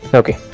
okay